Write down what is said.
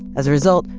as a result,